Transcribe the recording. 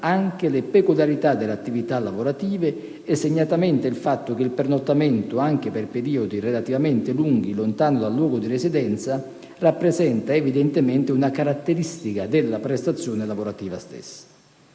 anche le peculiarità delle attività lavorative e segnatamente il fatto che il pernottamento, anche per periodi relativamente lunghi lontano dal luogo di residenza, rappresenta evidentemente una caratteristica della prestazione lavorativa stessa.